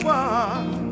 one